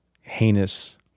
heinous